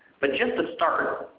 but just to start,